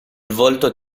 volto